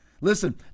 Listen